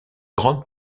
grande